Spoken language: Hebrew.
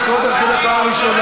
אני קורא אותך לסדר פעם ראשונה.